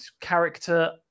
character